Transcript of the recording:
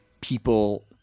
people